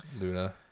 luna